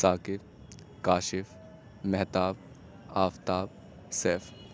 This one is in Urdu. ثاقب کاشف مہتاب آفتاب سیف